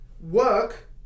work